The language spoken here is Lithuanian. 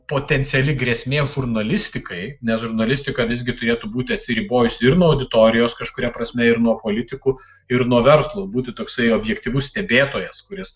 potenciali grėsmė žurnalistikai nes žurnalistika visgi turėtų būti atsiribojusi ir nuo auditorijos kažkuria prasme ir nuo politikų ir nuo verslo būti toksai objektyvus stebėtojas kuris